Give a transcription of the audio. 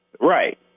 Right